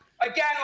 again